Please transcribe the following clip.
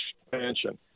expansion